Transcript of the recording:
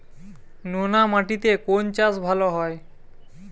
নোনা মাটিতে কোন চাষ ভালো হয়?